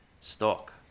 stock